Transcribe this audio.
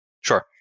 Sure